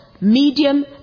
medium